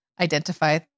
identify